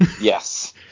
Yes